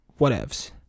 whatevs